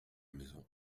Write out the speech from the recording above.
maison